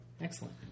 Excellent